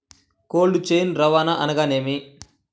Cold chain రవాణా అనగా నేమి?